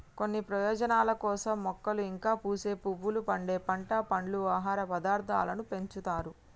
కొన్ని ప్రయోజనాల కోసం మొక్కలు ఇంకా పూసే పువ్వులు, పండే పంట, పండ్లు, ఆహార పదార్థాలను పెంచుతారు